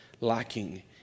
lacking